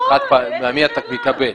בחד-פעמי אתה מקבל.